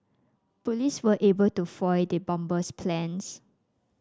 police were able to foil the bomber's plans